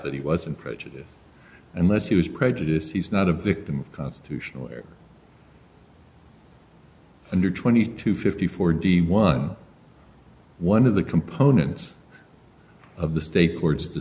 that he wasn't prejudice unless he was prejudice he's not a victim constitutionally or under twenty two fifty four d one one of the components of the state board's